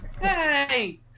hey